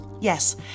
Yes